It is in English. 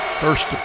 first